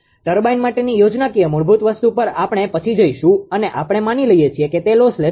turbine માટેની યોજનાકીય મૂળભૂત વસ્તુ પર આપણે પછી જઈશું અને આપણે માની લઈએ છીએ કે તે લોસ લેસ છે